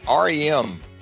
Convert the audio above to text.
REM